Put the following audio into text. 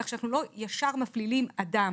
כך שאנחנו לא ישר מפלילים אדם